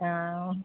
ಹಾಂ